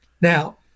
now